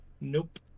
nope